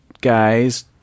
guys